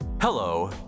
Hello